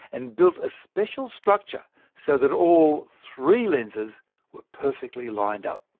and built a special structure so that all three lenses were perfectly lined up.